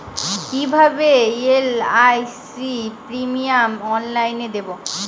কিভাবে LIC premium অনলাইনে দেবো?